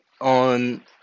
on